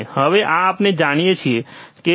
હવે આ આપણે જોઈએ છે